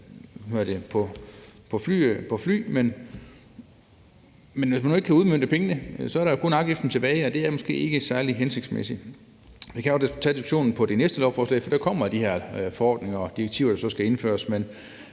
på fly, men når man ikke kan udmønte pengene, er der jo kun afgiften tilbage, og det er måske ikke særlig hensigtsmæssigt. Vi kan også tage diskussionen under det næste lovforslag, for der kommer de her forordninger og direktiver, der så skal indføres.